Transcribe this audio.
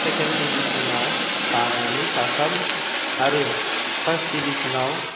second डिभिसनाव सानै साथाम आरो फार्स्ट डिभिसनाव